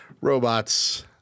robots